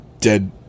dead